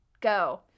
go